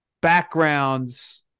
backgrounds